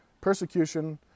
persecution